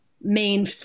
main